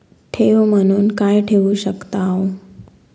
ठेव म्हणून काय ठेवू शकताव?